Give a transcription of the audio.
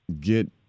get